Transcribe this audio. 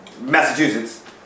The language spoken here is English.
Massachusetts